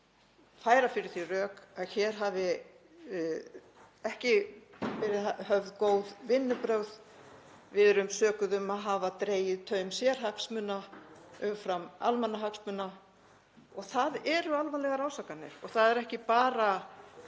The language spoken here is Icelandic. færa fyrir því rök að hér hafi ekki verið höfð góð vinnubrögð. Við erum sökuð um að hafa dregið taum sérhagsmuna umfram almannahagsmuni. Það eru alvarlegar ásakanir og það eru ekki bara